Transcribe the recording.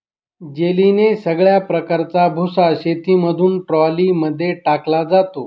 जेलीने सगळ्या प्रकारचा भुसा शेतामधून ट्रॉली मध्ये टाकला जातो